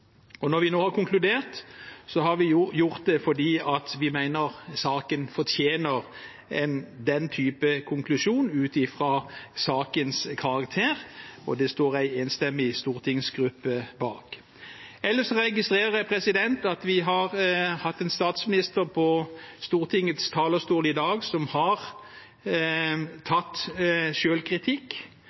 Og når vi nå har konkludert, har vi gjort det fordi vi mener saken fortjener den typen konklusjon ut fra sakens karakter, og det står en enstemmig stortingsgruppe bak. Ellers registrerer jeg at vi har hatt en statsminister på Stortingets talerstol i dag som har tatt